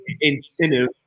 incentive